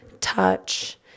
touch